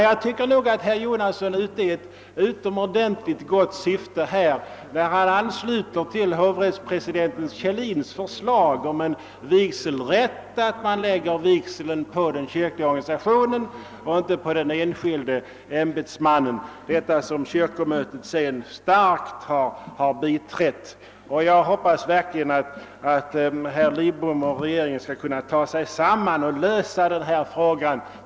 Jag tycker nog att herr Jonasson är ute i ett utomordentligt gott syfte när han ansluter till hovrättspresidenten Kjellins förslag om vigselrätt — man lägger vigseln på den kyrkliga organisationen och inte på den enskilde ämbetsmannen, vilket kyrkomötet också med kraft har biträtt. Jag hoppas verkligen att herr Lidbom och regeringen kan ta sig samman och lösa denna fråga.